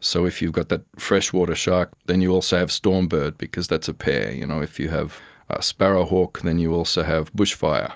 so if you've got that freshwater shark then you also have storm bird because that's a pair. you know if you have sparrowhawk then you also have bushfire